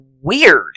weird